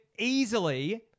Easily